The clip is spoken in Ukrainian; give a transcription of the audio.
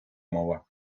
мова